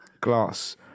glass